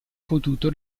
potuto